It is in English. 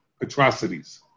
atrocities